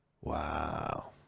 Wow